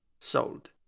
sold